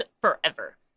forever